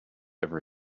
every